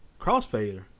Crossfader